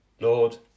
Lord